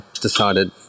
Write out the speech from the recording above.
decided